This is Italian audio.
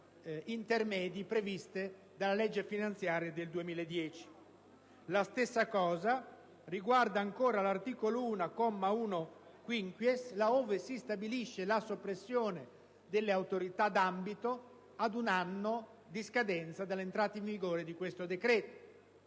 intermedi previste dalla legge finanziaria del 2010. La stessa cosa vale poi per l'articolo 1, comma 1-*quinquies*, là ove si stabilisce la soppressione delle Autorità d'ambito territoriale ad un anno di scadenza dall'entrata in vigore di questo decreto.